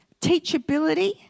teachability